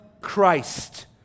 christ